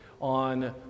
on